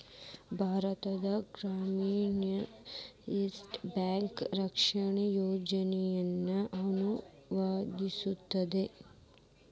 ಭಾರತದ್ cabinet Yes Bank ರಕ್ಷಣಾ ಯೋಜನೆಯನ್ನ ಅನುಮೋದಿಸೇದ್